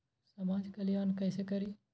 समाज कल्याण केसे करी?